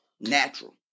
natural